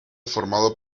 formado